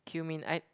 cumin I